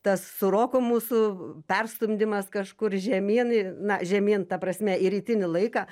tas su roku mūsų perstumdymas kažkur žemyn ir na žemyn ta prasme į rytinį laiką